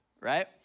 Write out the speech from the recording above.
right